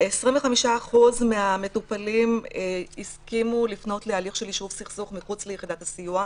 25% מהמטופלים הסכימו לפנות להליך של יישוב סכסוך מחוץ ליחידת הסיוע,